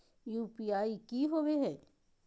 UPI की होवे है?